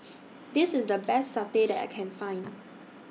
This IS The Best Satay that I Can Find